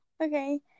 Okay